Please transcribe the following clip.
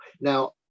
now